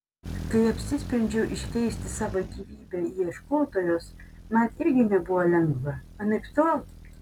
kai apsisprendžiau iškeisti savo gyvybę į ieškotojos man irgi nebuvo lengva anaiptol